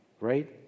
Right